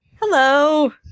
Hello